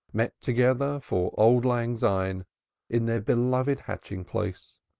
met together for auld lang syne in their beloved hatching-place.